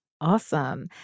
Awesome